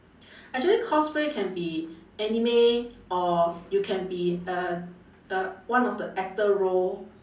actually cosplay can be anime or you can be uh uh one of the actor role